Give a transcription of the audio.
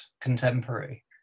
contemporary